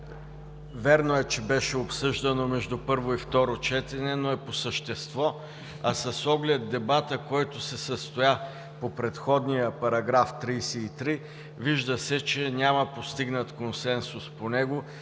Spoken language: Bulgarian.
вярно е, беше обсъждано между първо и второ четене, но е по същество, а с оглед дебата, който се състоя по предходния § 33, се вижда, че няма постигнат консенсус по него